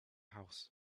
house